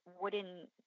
wooden